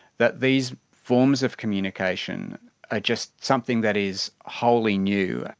that these forms of communication are just something that is wholly new,